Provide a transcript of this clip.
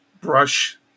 brush